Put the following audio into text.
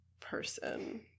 person